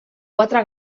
quatre